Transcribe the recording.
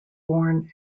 born